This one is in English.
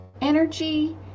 energy